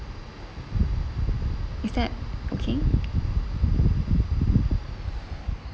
is that okay